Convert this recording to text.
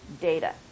data